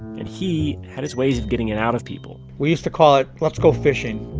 and he had his ways of getting it out of people we used to call it let's go fishing.